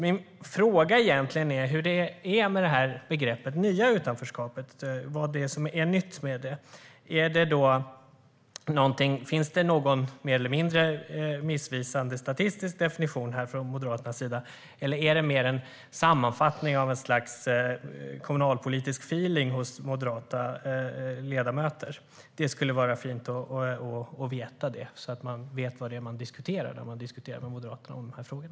Min fråga är egentligen hur det är med begreppet "det nya utanförskapet", vad som är nytt med det. Finns det någon mer eller mindre missvisande statistisk definition från Moderaternas sida, eller är det mer en sammanfattning av ett slags kommunalpolitisk feeling hos moderata ledamöter? Det skulle vara fint att veta det, så att man vet vad man diskuterar när man diskuterar med moderater om de här frågorna.